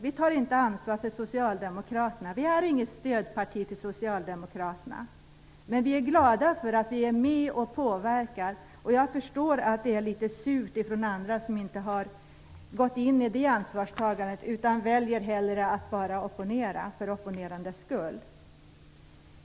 Vi tar inte ansvar för Socialdemokraterna. Vi är inget stödparti till Socialdemokraterna. Men vi är glada för att vi är med och påverkar. Jag förstår att det känns litet surt för andra som inte har gått in i det ansvarstagandet, utan hellre väljer att bara opponera för opponerandets skull.